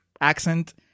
accent